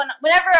whenever